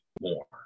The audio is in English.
more